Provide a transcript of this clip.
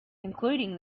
including